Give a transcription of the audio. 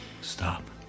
stop